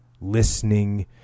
listening